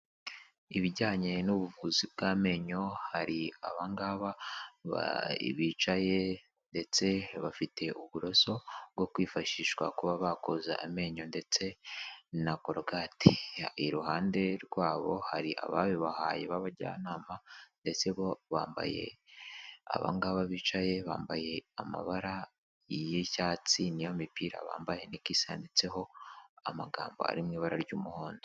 Ibijyanye n'ubuvuzi bw'amenyo hari abanga bicaye ndetse bafite uburoso bwo kwifashishwa kuba bakoza amenyo ndetse na korogati. Iruhande rwabo hari ababibahaye b'abajyanama ndetse bo bambaye, aba ngaba bicaye bambaye amabara y'icyatsi ni yo mipira bambaye niko isa, yanditseho amagambo ari mu ibara ry'umuhondo.